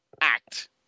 act